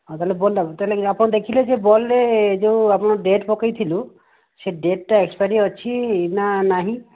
ଆଉ ତାହାଲେ ବଲ୍ବ୍ ଲାଗିବ ତାହାଲେ ଆପଣ ଦେଖିଲେ ସେ ବଲ୍ବ୍ରେ ଯୋଉ ଆମ ଡେଟ୍ ପକେଇ ଥିଲୁ ସେ ଡେଟ୍ ର ଏକ୍ସପାୟେରି ଅଛି ନା ନାହିଁ